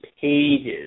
pages